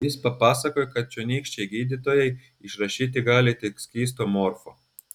jis papasakojo kad čionykščiai gydytojai išrašyti gali tik skysto morfo